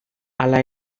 hala